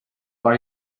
buy